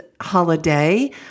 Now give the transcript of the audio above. holiday